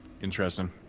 interesting